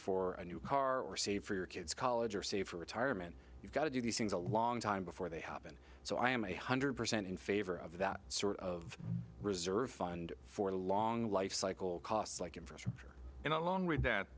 for a new car or save for your kids college or save for retirement you've got to do these things a long time before they happen so i am a hundred percent in favor of that sort of reserve fund for the long lifecycle costs like infrastructure and along with that